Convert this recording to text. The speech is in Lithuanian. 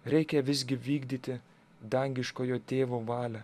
reikia visgi vykdyti dangiškojo tėvo valią